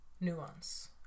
nuance